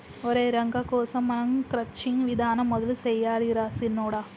ఒరై రంగ కోసం మనం క్రచ్చింగ్ విధానం మొదలు సెయ్యాలి రా సిన్నొడా